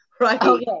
Right